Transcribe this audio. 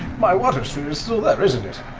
my water sphere is still there, isn't it?